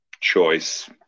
choice